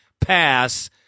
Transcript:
pass